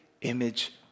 image